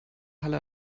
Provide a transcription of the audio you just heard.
halle